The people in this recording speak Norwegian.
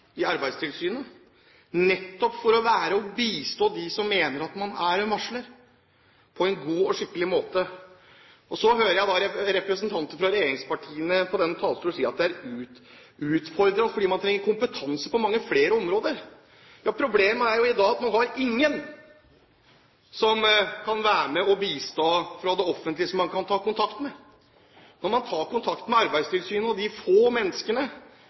Arbeidstilsynet, nettopp for å bistå dem som mener at man er en varsler, på en god og skikkelig måte. Så hører jeg representanter fra regjeringspartiene si fra denne talerstol at dette er utfordrende, fordi man trenger kompetanse på mange flere områder. Problemet i dag er at det er ingen fra det offentlige som kan være med og bistå, ingen som man kan ta kontakt med. Når man tar kontakt med Arbeidstilsynet og de få menneskene